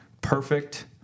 perfect